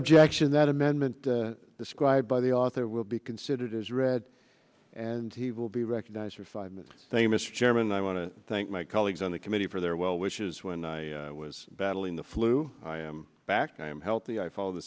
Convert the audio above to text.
objection that amendment described by the author will be considered as read and he will be recognized for five minutes thank you mr chairman i want to thank my colleagues on the committee for their well wishes when i was battling the flu i am back i am healthy i follow the